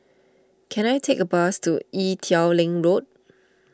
can I take a bus to Ee Teow Leng Road